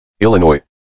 Illinois